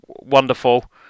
wonderful